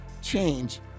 change